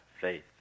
faith